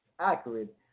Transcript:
accurate